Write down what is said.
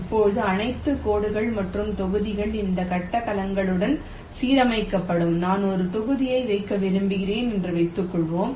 இப்போது அனைத்து கோடுகள் மற்றும் தொகுதிகள் இந்த கட்டம் கலங்களுடன் சீரமைக்கப்படும் நான் ஒரு தொகுதியை வைக்க விரும்புகிறேன் என்று வைத்துக்கொள்வோம்